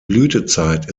blütezeit